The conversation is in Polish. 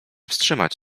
wstrzymać